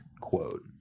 quote